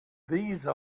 these